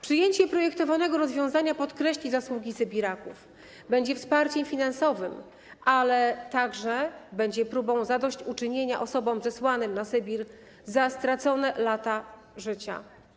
Przyjęcie projektowanego rozwiązania podkreśli zasługi sybiraków, będzie wsparciem finansowym, ale także będzie próbą zadośćuczynienia osobom zesłanym na Sybir za stracone lata życia.